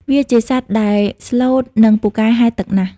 វាជាសត្វដែលស្លូត និងពូកែហែលទឹកណាស់។